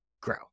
grow